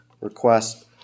request